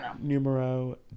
numero